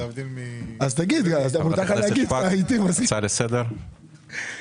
חברת הכנסת שפק, הצעה לסדר,